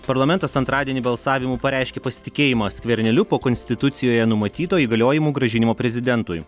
parlamentas antradienį balsavimu pareiškė pasitikėjimą skverneliu po konstitucijoje numatyto įgaliojimų grąžinimo prezidentui